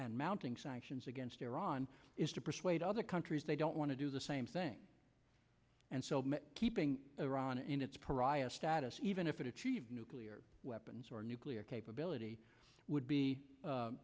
and mounting sanctions against iran is to persuade other countries they don't want to do the same thing and so keeping iran in its pariah status even if it is nuclear weapons or nuclear capability would be